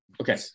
okay